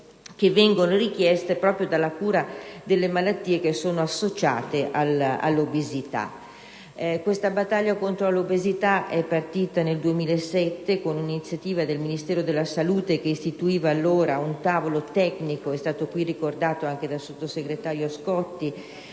cure richieste proprio per le malattie associate all'obesità. Questa battaglia contro l'obesità è partita nel 2007 con un'iniziativa del Ministero della salute, che istituì allora un tavolo tecnico - ricordato anche dal sottosegretario Scotti